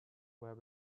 were